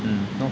mmhmm